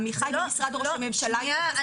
עמיחי ממשרד ראש הממשלה התייחס, שנייה.